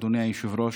אדוני היושב-ראש,